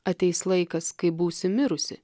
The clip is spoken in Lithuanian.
ateis laikas kai būsi mirusi